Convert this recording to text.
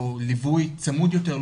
או ליווי צמוד יותר,